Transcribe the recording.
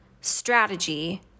strategy